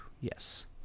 yes